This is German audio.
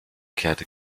kehrte